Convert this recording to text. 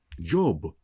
job